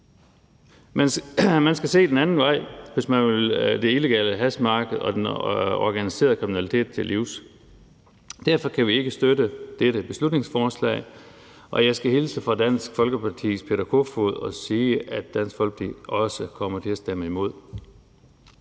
Man skal se den anden vej, hvis man vil det illegale hashmarked og den organiserede kriminalitet til livs. Derfor kan vi ikke støtte dette beslutningsforslag, og jeg skal hilse fra Dansk Folkepartis Peter Kofod og sige, at Dansk Folkeparti også kommer til at stemme imod.